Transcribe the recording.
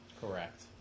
correct